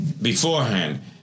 Beforehand